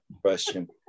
question